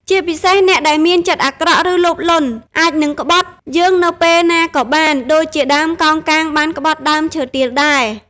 ជាពិសេស អ្នកដែលមានចិត្តអាក្រក់ ឬលោភលន់ អាចនឹងក្បត់យើងនៅពេលណាក៏បាន ដូចជាដើមកោងកាងបានក្បត់ដើមឈើទាលដែរ។